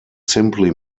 simply